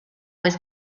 was